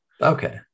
Okay